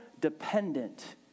dependent